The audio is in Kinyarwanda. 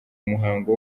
muhango